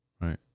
Right